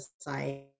Society